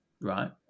Right